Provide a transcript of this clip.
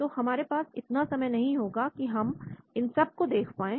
तो हमारे पास इतना समय नहीं होगा कि हम इन सब को देख पाए